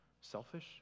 selfish